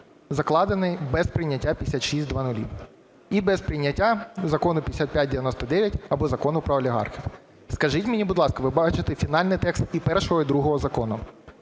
закладений без прийняття 5600 і без прийняття Закону 5599 або Закону про олігархів. Скажіть мені, будь ласка, ви бачите фінальний текст і першого, і другого закону,